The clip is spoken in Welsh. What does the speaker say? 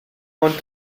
ond